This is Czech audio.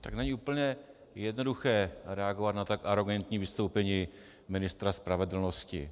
Tak není úplně jednoduché reagovat na tak arogantní vystoupení ministra spravedlnosti.